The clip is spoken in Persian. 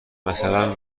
مثلا